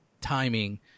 timing